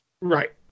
Right